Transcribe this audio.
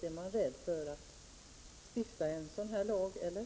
Är man rädd för att stifta en lag, eller hur är det?